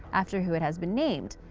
after who it has been named.